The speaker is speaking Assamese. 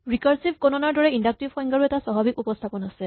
ৰিকাৰছিভ গণনাৰ দৰে ইন্ডাক্টিভ সংজ্ঞাৰো এটা স্বাভাৱিক উপস্হাপন আছে